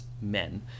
men